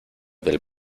del